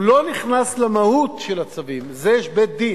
הוא לא נכנס למהות של הצווים, לזה יש בית-דין.